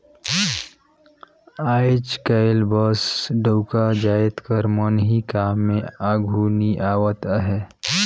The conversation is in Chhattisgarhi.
आएज काएल बस डउका जाएत कर मन ही काम में आघु नी आवत अहें